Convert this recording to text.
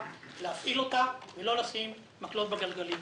להפעיל אותה ולא לשים מקלות בגלגלים.